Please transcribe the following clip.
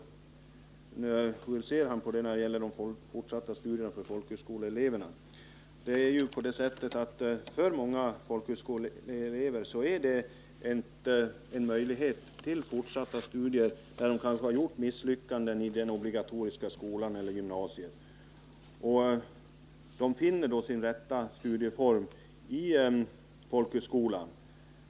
Hur ser utbildningsministern på detta när det gäller fortsatta studier för folkhögskoleeleverna? För många människor är folkhögskolestudier en utmärkt möjlighet till fortsatta studier, när de kanske har gjort misslyckanden i den obligatoriska skolan eller gymnasiet. De finner då sin rätta studieform i en folkhögskola.